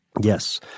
Yes